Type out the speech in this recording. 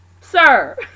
Sir